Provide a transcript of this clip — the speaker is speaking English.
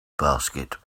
basket